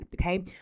Okay